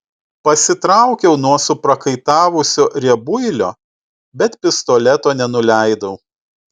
pasitraukiau nuo suprakaitavusio riebuilio bet pistoleto nenuleidau